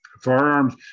Firearms